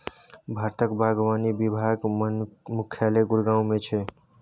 भारतक बागवानी विभाग मुख्यालय गुड़गॉव मे छै